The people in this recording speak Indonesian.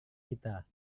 kita